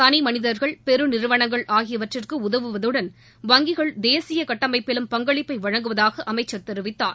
தனிமனிதர்கள் பெருநிறுவனங்கள் ஆகியவற்றிற்கு உதவுவதுடன் வங்கிகள் தேசிய கட்டமைப்பிலும் பங்களிப்பை வழங்குவதாக அமைச்சர் தெரிவித்தார்